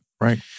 Right